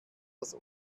das